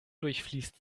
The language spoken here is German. durchfließt